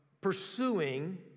pursuing